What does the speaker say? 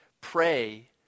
pray